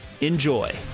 Enjoy